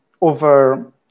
over